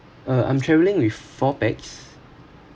uh I'm travelling with four pax